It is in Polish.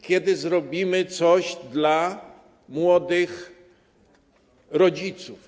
Kiedy zrobimy coś dla młodych rodziców?